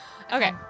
Okay